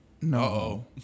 No